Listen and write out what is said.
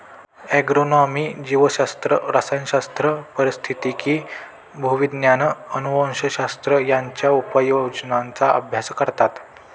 agronomy जीवशास्त्र, रसायनशास्त्र, पारिस्थितिकी, भूविज्ञान, अनुवंशशास्त्र यांच्या उपयोजनांचा अभ्यास करतात